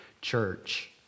church